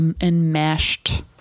enmeshed